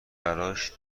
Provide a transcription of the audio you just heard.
براش